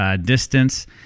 distance